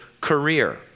career